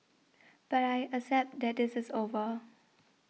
but I accept that this is over